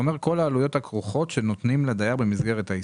כוונתנו לכל העלויות הכרוכות שנותנים לדייר במסגרת העסקה,